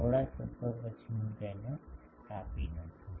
થોડા તત્વો પછી હું તેને કાપી નાખું છું